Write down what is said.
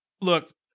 Look